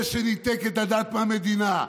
זה שניתק את הדת מהמדינה,